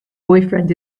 boyfriend